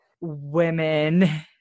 women